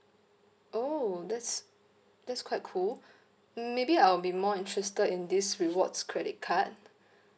oh that's that's quite cool um maybe I'll be more interested in this rewards credit card